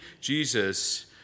Jesus